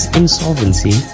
insolvency